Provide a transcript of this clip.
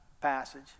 passage